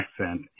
accent